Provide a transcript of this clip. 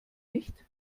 nicht